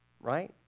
Right